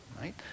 right